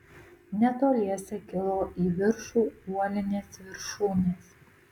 netoliese kilo į viršų uolinės viršūnės